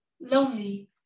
lonely